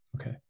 Okay